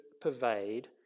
pervade